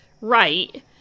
Right